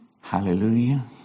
Hallelujah